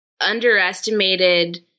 underestimated